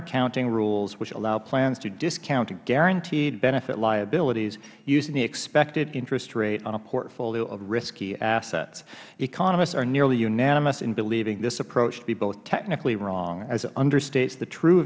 accounting rules which allows plans to discount guaranteed benefit liabilities using expected interest rate on a portfolio of risky assets economists are nearly unanimous in believing this approach to be both technically wrong as it understands the true